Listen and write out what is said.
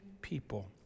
people